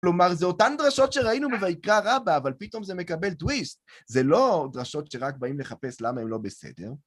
כלומר, זה אותן דרשות שראינו מבעיקר רבא, אבל פתאום זה מקבל טוויסט. זה לא דרשות שרק באים לחפש למה הם לא בסדר.